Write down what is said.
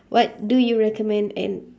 what do you recommend and